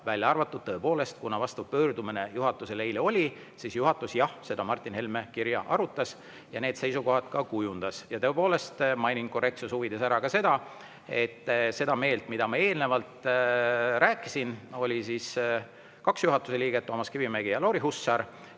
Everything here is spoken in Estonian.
välja arvatud, tõepoolest, kuna see pöördumine juhatuse poole eile oli, siis juhatus seda Martin Helme kirja arutas ja need seisukohad kujundas. Tõepoolest, mainin korrektsuse huvides ära ka, et seda meelt, mida eelnevalt märkisin, oli kaks juhatuse liiget – Toomas Kivimägi ja Lauri Hussar